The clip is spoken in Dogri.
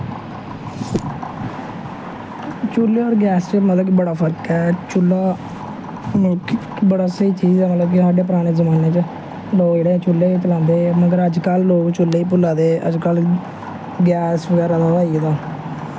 चूह्ले और गैस च मतलब बड़ा फर्क ऐ चूह्ला मतलब कि बड़ा स्हेई चीज ऐ मतलब कि पराने जमाने च लोग चूह्ले गै चलांदे हे अजकल लोग चूह्ले गी भुल्ला दे अजकल गैस बगैरा ते ओह् आई गेदा